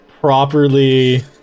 properly